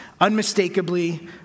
unmistakably